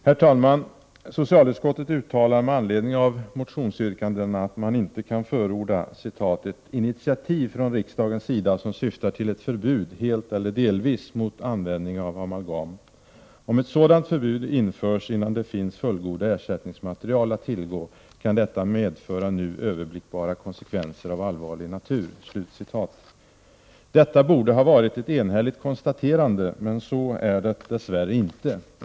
Herr talman! Socialutskottet uttalar med anledning av några motionsyrkanden, att man inte kan förorda ”ett initiativ från riksdagens sida som syftar till ett förbud helt eller delvis mot användning av amalgam. Om ett sådant förbud införs innan det finns fullgoda ersättningsmaterial att tillgå kan detta medföra nu överblickbara konsekvenser av allvarlig natur.” Detta borde ha varit ett enhälligt konstaterande, men så är det dess värre inte.